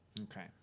Okay